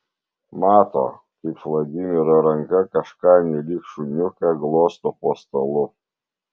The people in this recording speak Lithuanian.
mato kaip vladimiro ranka kažką nelyg šuniuką glosto po stalu